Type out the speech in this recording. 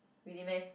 really meh